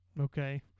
Okay